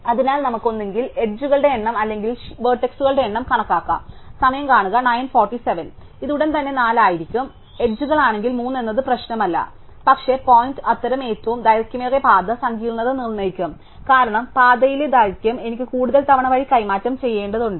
അതിനാൽ നമുക്ക് ഒന്നുകിൽ അരികുകളുടെ എണ്ണം അല്ലെങ്കിൽ ശീർഷങ്ങളുടെ എണ്ണം കണക്കാക്കാം ഇത് ഉടൻ തന്നെ 4 ആയിരിക്കും അരികുകളാണെങ്കിൽ 3 എന്നത് പ്രശ്നമല്ല പക്ഷേ പോയിന്റ് അത്തരം ഏറ്റവും ദൈർഘ്യമേറിയ പാത സങ്കീർണ്ണത നിർണ്ണയിക്കും കാരണം പാതയിലെ ദൈർഘ്യം എനിക്ക് കൂടുതൽ തവണ വഴി കൈമാറ്റം ചെയ്യേണ്ടതുണ്ട്